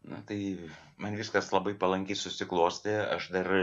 na tai man viskas labai palankiai susiklostė aš dar